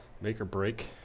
make-or-break